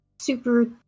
super